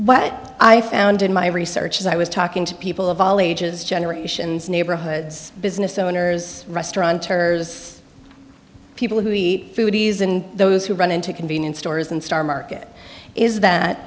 what i found in my research i was talking to people of all ages generations neighborhoods business owners restauranteurs people who eat food bees and those who run into convenience stores and star market is that